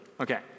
Okay